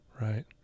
Right